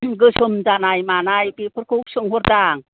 गोसोम जानाय मानाय बेफोरखौ सोंहरदों आं